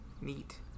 Neat